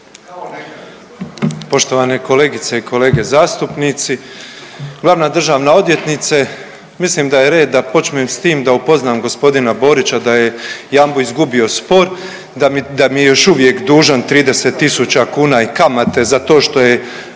Poštovane kolegice i kolege zastupnici. Glavna državna odvjetnice, mislim da je red da počnem s tim da upoznam g. Borića da je Jambo izgubio spor, da mi, da mi je još uvijek dužan 30 tisuća kuna i kamate za to što je